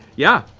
yeah.